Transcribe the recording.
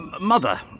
Mother